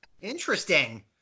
Interesting